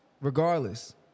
Regardless